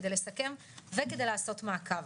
כדי לסכם וכדי לעשות מעקב.